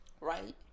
Right